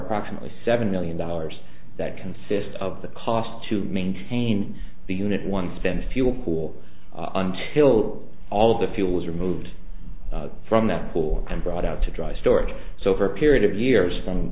approximately seven million dollars that consist of the cost to maintain the unit one spent fuel pool until all of the fuel was removed from that pool and brought out to dry storage so for a period of years from